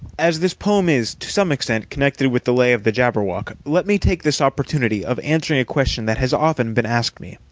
as this poem is to some extent connected with the lay of the jabberwock, let me take this opportunity of answering a question that has often been asked me,